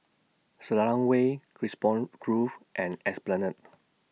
Selarang Way Carisbrooke Grove and Esplanade